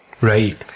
Right